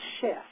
shift